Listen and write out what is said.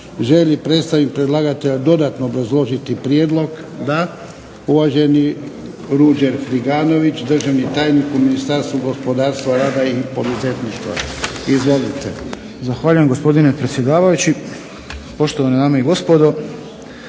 li predstavnik predlagatelja dodatno obrazložiti prijedlog? Da. Uvaženi Ruđer Friganović, državni tajnik u Ministarstvu gospodarstva, rada i poduzetništva. Izvolite. **Friganović, Ruđer** Zahvaljujem, gospodine predsjedavajući. Poštovane dame i gospodo.